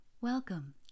Welcome